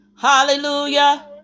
Hallelujah